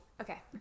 Okay